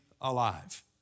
alive